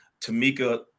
Tamika